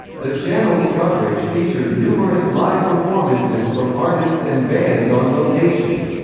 the channel's coverage featured numerous live performances from artists and bands on location.